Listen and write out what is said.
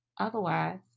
Otherwise